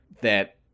that-